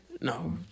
no